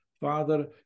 Father